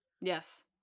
Yes